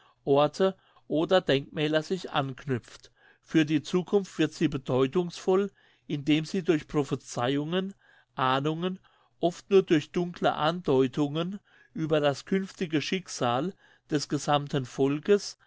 orte oder denkmäler sich anknüpft für die zukunft wird sie bedeutungsvoll indem sie durch prophezeihungen ahnungen oft nur durch dunkle andeutungen über das künftige schicksal des gesammten volkes